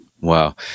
Wow